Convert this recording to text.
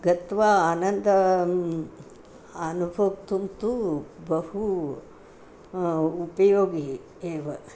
गत्वा आनन्दं अनुभोक्तुं तु बहु उपयोगी एव